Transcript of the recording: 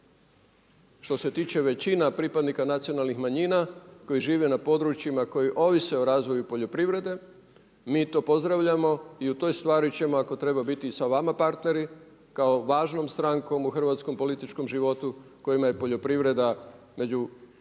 Što se tiče većina pripadnika nacionalnih manjina koji žive na područjima koji ovise o razvoju poljoprivrede mi to pozdravljamo i u toj stvari ćemo ako treba biti i sa vama partneri kao važnom strankom u hrvatskom političkom životu kojima je poljoprivreda među